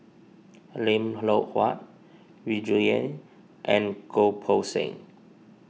Lim Loh Huat Yu Zhuye and Goh Poh Seng